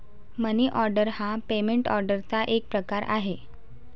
मनी order हा payment ऑर्डरचा एक प्रकार आहे